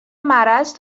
مرض